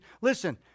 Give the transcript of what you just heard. Listen